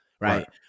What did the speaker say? Right